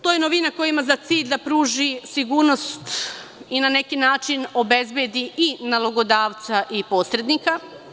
To je novina koja ima za cilj da pruži sigurnost i na neki način obezbedi i nalogodavca i posrednika.